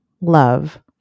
love